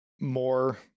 more